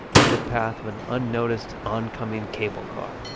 into the path of an unnoticed oncoming cable car.